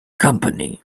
company